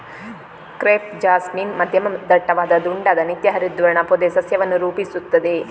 crepe jasmine ಮಧ್ಯಮ ದಟ್ಟವಾದ ದುಂಡಾದ ನಿತ್ಯ ಹರಿದ್ವರ್ಣ ಪೊದೆ ಸಸ್ಯವನ್ನು ರೂಪಿಸುತ್ತದೆ